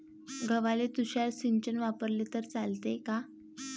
गव्हाले तुषार सिंचन वापरले तर चालते का?